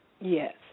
Yes